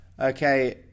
Okay